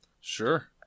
Sure